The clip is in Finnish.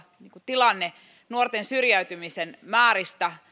tilanne nuorten syrjäytymisen määrästä